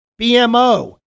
BMO